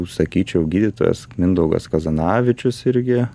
sakyčiau gydytojas mindaugas kazanavičius irgi